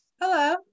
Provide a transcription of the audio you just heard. Hello